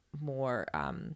more